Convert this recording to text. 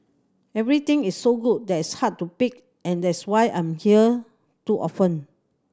everything is so good that it's hard to pick and that's why I'm in here too often